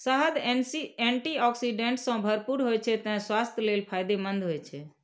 शहद antioxidant सं भरपूर होइ छै, तें स्वास्थ्य लेल फायदेमंद होइ छै